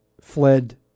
fled